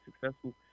successful